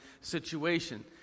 situation